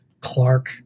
Clark